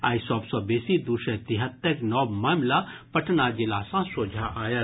आइ सभ सँ बेसी दू सय तिहत्तरि नव मामिला पटना जिला सँ सोझा आयल